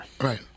Right